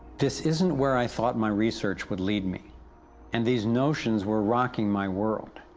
this isn't were i thought my research would lead me and these notions were rocking my world.